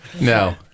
No